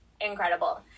Incredible